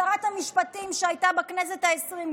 שרת המשפטים שהייתה בכנסת העשרים.